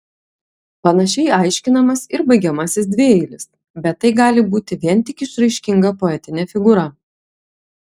panašiai aiškinamas ir baigiamasis dvieilis bet tai gali būti vien tik išraiškinga poetinė figūra